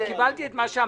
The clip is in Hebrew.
אני קיבלתי את מה שאמרת.